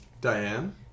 Diane